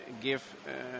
give